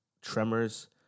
tremors